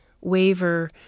waver